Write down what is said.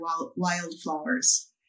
wildflowers